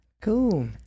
Cool